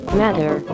matter